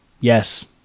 Yes